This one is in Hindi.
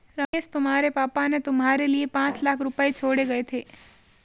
रमेश तुम्हारे पापा ने तुम्हारे लिए पांच लाख रुपए छोड़े गए थे